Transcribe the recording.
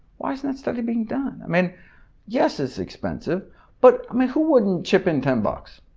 why hasn't that study been done? i mean yes, it's expensive but i mean who wouldn't ship in ten bucks?